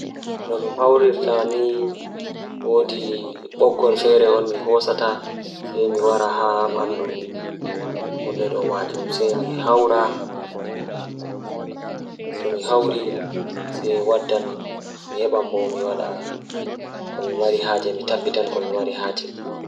Lebbi jei buri wulugo haa mi woni latta lebbi arande nangan egaa en viya mach april mey jun pat don wuli habe julai lewru jei don feewi bo nangan nuvemba desemba janwari habe fabwari lewru jei burdaa hebugo ndiyam bo laatan julai ogos be septemba.